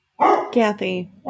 Kathy